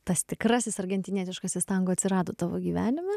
tas tikrasis argentinietiškasis tango atsirado tavo gyvenime